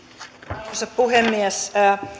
arvoisa puhemies